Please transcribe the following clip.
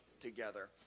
together